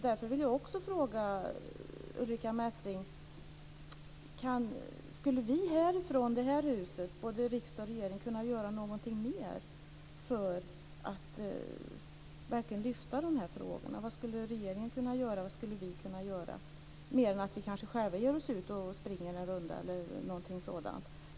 Därför vill jag också fråga Ulrica Messing: Skulle vi, både riksdag och regering, kunna göra någonting mer för att verkligen lyfta fram de här frågorna? Vad skulle regeringen kunna göra? Vad skulle vi kunna göra, mer än att kanske själva ge oss ut och springa en runda eller något sådant?